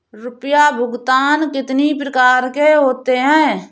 रुपया भुगतान कितनी प्रकार के होते हैं?